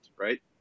right